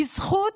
בזכות,